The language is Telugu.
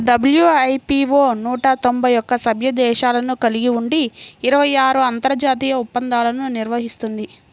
డబ్ల్యూ.ఐ.పీ.వో నూట తొంభై ఒక్క సభ్య దేశాలను కలిగి ఉండి ఇరవై ఆరు అంతర్జాతీయ ఒప్పందాలను నిర్వహిస్తుంది